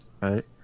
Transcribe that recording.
Right